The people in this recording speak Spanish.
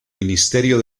ministerio